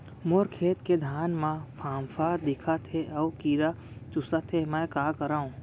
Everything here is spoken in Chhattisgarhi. मोर खेत के धान मा फ़ांफां दिखत हे अऊ कीरा चुसत हे मैं का करंव?